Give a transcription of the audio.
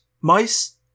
mice